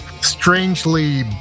strangely